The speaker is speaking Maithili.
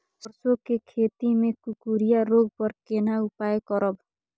सरसो के खेती मे कुकुरिया रोग पर केना उपाय करब?